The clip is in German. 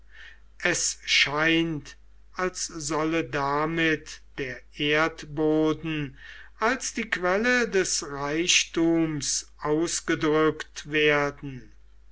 es scheint als solle damit der erdboden als die quelle des reichtums ausgedrückt werden